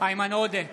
איימן עודה,